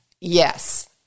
Yes